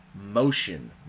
motion